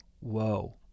whoa